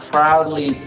Proudly